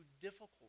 difficult